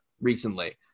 recently